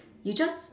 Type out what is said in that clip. you just